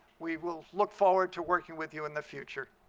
we will look forward to working with you in the future.